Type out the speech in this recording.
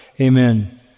Amen